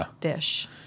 dish